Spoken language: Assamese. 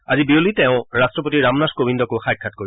আজি বিয়লি তেওঁ ৰাট্টপতি ৰামনাথ কোবিন্দকো সাক্ষাৎ কৰিব